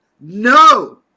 No